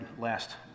last